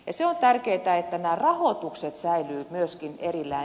se on tärkeätä että rahoitukset säilyvät myöskin erillään